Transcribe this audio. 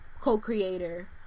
co-creator